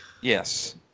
Yes